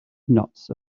nuts